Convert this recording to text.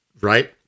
Right